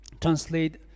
translate